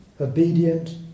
obedient